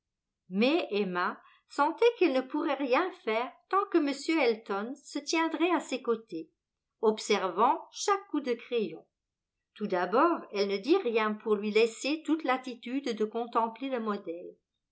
mais emma sentait qu'elle ne pourrait rien faire tant que m elton se tiendrait à ses côtés observant chaque coup de crayon tout d'abord elle ne dit rien pour lui laisser toute latitude de contempler le modèle